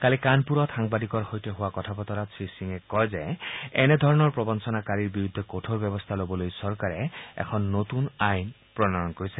কালি কানপুৰত সাংবাদিকৰ সৈতে হোৱা কথা বতৰাত শ্ৰীসিঙে কয় যে এনেধৰণৰ প্ৰবঞ্ণনাকাৰীৰ বিৰুদ্ধে কঠোৰ ব্যৱস্থা ল'বলৈ চৰকাৰে এটা নতন আইন প্ৰণয়ন কৰিছে